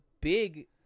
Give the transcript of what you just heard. big